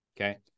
okay